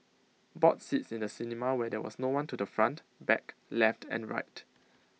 bought seats in the cinema where there was no one to the front back left and right